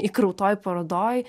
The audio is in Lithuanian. įkrautoj parodoj